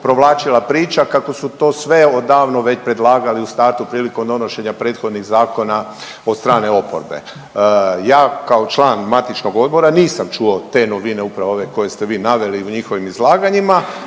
provlačila priča kako su to sve odavno već predlagali u startu prilikom donošenja prethodnih zakona od strane oporbe. Ja kao član matičnog odbora nisam čuo te novine upravo ove koje ste vi naveli u njihovim izlaganjima,